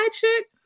chick